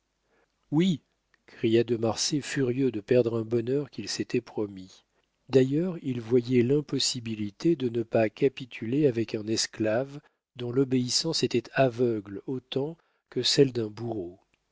oui cria de marsay furieux de perdre un bonheur qu'il s'était promis d'ailleurs il voyait l'impossibilité de capituler avec un esclave dont l'obéissance était aveugle autant que celle d'un bourreau